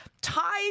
ties